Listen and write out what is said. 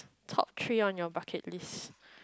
top three on your bucket list